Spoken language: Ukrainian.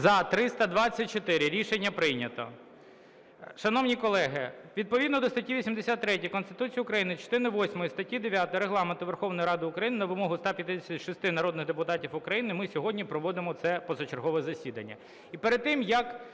За-324 Рішення прийнято. Шановні колеги, відповідно до статі 83 Конституції України частини восьмої статті 9 Регламенту Верховної Ради України на вимогу 156 народних депутатів України ми сьогодні проводимо це позачергове засідання.